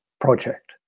project